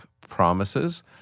promises